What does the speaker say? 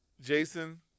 Jason